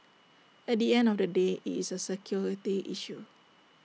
at the end of the day IT is A security issue